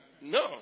No